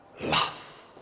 love